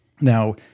Now